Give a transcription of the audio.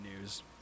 news